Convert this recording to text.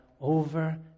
over